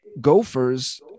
gophers